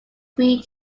three